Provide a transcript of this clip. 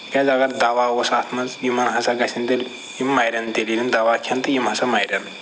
تِکیٛازِ اَگر دوا اوس اَتھ منٛز یِمن ہسا گژھَن تیٚلہِ یِم مرَن تیٚلہِ ییٚلہِ یِم دوا کھٮ۪ن تہٕ یِم ہسا مرَن